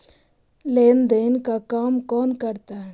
लेन देन का काम कौन करता है?